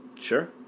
Sure